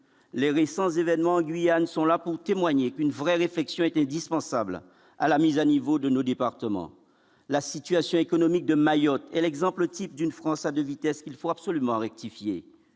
les récents événements en Guyane sont là pour témoigner qu'une vraie réflexion est indispensable à la mise à niveau de nos départements, la situation économique de Mayotte est l'exemple type d'une France à 2 vitesses qu'il faut absolument rectifier